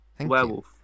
Werewolf